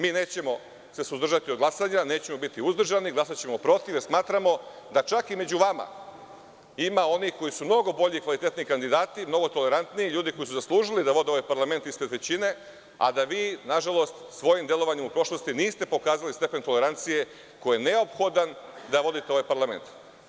Mi se nećemo suzdržati od glasanja, nećemo biti uzdržani, glasaćemo protiv, jer smatramo da čak i među vama ima onih koji su mnogo bolji i kvalitetniji kandidati, mnogo tolerantniji, ljudi koji su zaslužili da vode ovaj parlament ispred većine, a da vi nažalost svojim delovanjem u prošlosti niste pokazali stepen tolerancije koji je neophodan da vodite ovaj parlament.